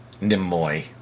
Nimoy